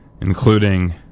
including